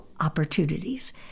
opportunities